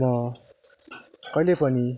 म कहिले पनि